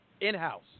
in-house